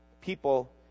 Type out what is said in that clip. people